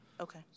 Okay